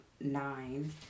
nine